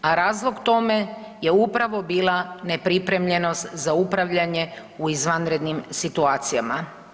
A razlog tome je upravo bila nepripremljenost za upravljanje u izvanrednim situacijama.